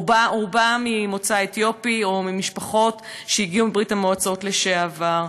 רובם ממוצא אתיופי או ממשפחות שהגיעו מברית-המועצות לשעבר.